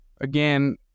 again